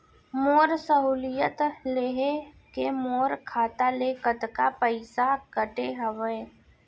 मोर सहुलियत लेहे के मोर खाता ले कतका पइसा कटे हवये?